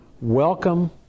welcome